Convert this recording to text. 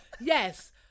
Yes